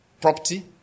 property